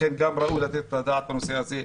לכן גם ראוי לתת את הדעת על הנושא הזה.